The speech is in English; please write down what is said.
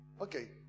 Okay